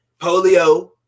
polio